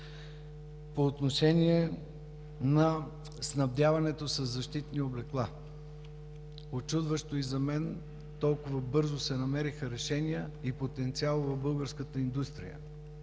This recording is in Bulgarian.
По отношение на снабдяването със защитни облекла. Учудващо и за мен, толкова бързо се намериха решения и потенциал в българската индустрия.